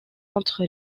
entre